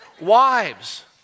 Wives